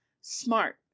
smart